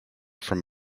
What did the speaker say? from